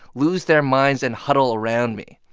lose their minds and huddle around me.